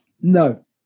no